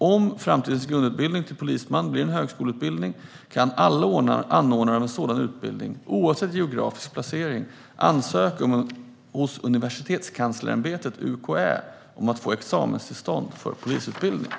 Om framtidens grundutbildning till polisman blir en högskoleutbildning kan alla anordnare av en sådan utbildning, oavsett geografisk placering, ansöka hos Universitetskanslersämbetet, UKÄ, om att få examenstillstånd för polisutbildningen.